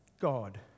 God